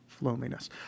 loneliness